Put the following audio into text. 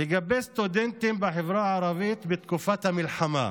לגבי סטודנטים בחברה הערבית בתקופת המלחמה.